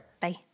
Bye